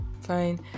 fine